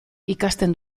ikasten